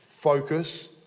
Focus